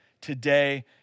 today